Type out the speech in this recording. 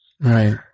Right